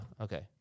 okay